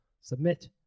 Submit